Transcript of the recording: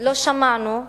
לא שמענו,